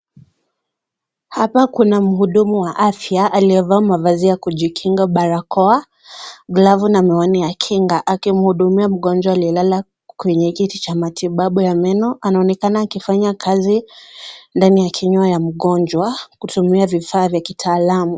Hapa Kuna mhudumu wa afya aliye vaa mavazi ya kujikinga, barakoa, glavu na miwani ya Kinga akimhudumia mgonjwa aliyelala kwenye kiti cha matibabu ya meno. Anaonekana akifanya kazi ndani ya kinywa ya mgonjwa kwa kutumia vifaa vya kitaalamu.